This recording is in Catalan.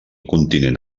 continent